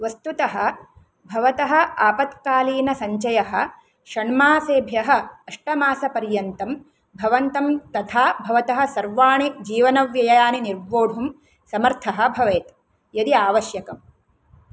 वस्तुतः भवतः आपत्कालीनसञ्चयः षण्मासेभ्यः अष्टमासपर्यन्तं भवन्तं तथा भवतः सर्वाणि जीवनव्ययानि निर्वोढुं समर्थः भवेत् यदि आवश्यकम्